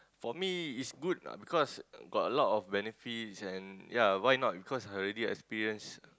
for me is good lah because got a lot of benefits and ya why not because I already experience